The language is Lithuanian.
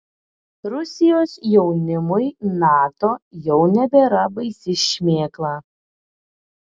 rusijos jaunimui nato jau nebėra baisi šmėkla